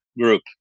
group